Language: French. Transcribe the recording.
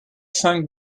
cinq